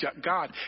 God